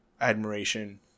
admiration